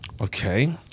Okay